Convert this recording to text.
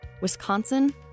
Wisconsin